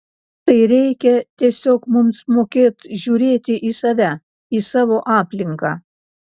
tai reikia tiesiog mums mokėt žiūrėti į save į savo aplinką